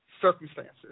Circumstances